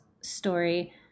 story